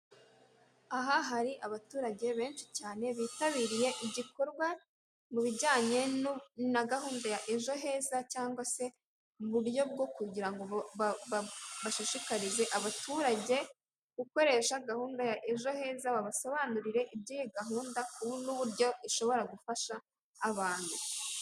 Aha hari abaturage benshi cyane bitabiriye igikorwa mu bijyanye na gahunda ya ejo heza cyangwa se mu buryo bwo kugirango bashishikarize abaturage gukoresha gahunda ya ejo heza babasobanurire iby'iyi gahunda n'uburyo ishobora gufasha abantu.